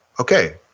okay